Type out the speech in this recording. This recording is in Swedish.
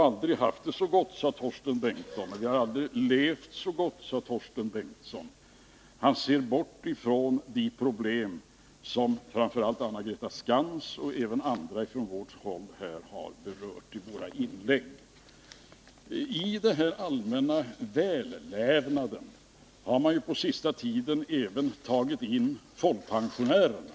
Vi har aldrig levt så gott, sade Torsten Bengtson. Han ser bort från de problem som framför allt Anna-Greta Leijon och även andra från vårt håll har berört i våra inlägg. I denna allmänna vällevnad har man på senaste tiden även dragit in folkpensionärerna.